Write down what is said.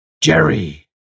Jerry